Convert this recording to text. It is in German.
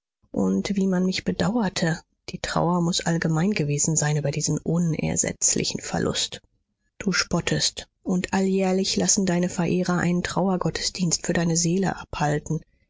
und wie man mich bedauerte die trauer muß allgemein gewesen sein über diesen unersetzlichen verlust du spottest und alljährlich lassen deine verehrer einen trauergottesdienst für deine seele abhalten